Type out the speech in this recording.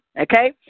okay